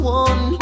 one